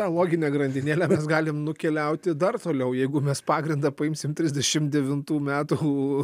ta logine grandinėle mes galim nukeliauti dar toliau jeigu mes pagrindą paimsim trisdešim devintų metų